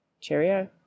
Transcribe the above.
Cheerio